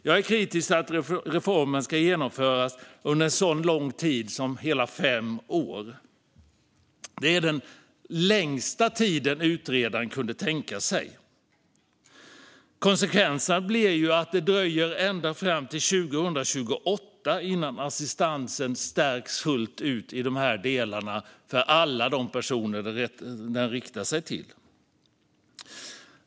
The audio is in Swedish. Jag är kritisk till att reformen ska genomföras under en så lång tid som fem år. Det är den längsta tiden utredaren kunde tänka sig. Konsekvenserna blir att det dröjer ända fram till år 2028 innan assistansen stärks fullt ut i de delarna för alla personer den riktas till.